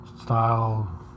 style